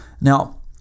Now